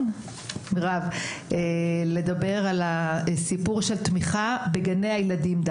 למירב שתדבר על סיפור התמיכה בגני הילדים.